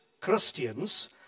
Christians